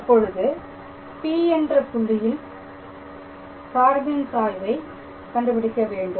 இப்பொழுது P என்ற புள்ளியில் சார்பின் சாய்வை கண்டுபிடிக்க வேண்டும்